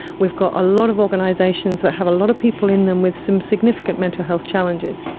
we've got a lot of organisations that have a lot of people in them with some significant mental health challenges.